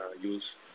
use